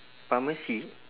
pharmacy